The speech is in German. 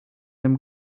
dem